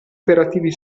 operativi